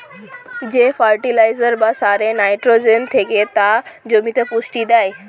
যেই ফার্টিলাইজার বা সারে নাইট্রোজেন থেকে তা জমিতে পুষ্টি দেয়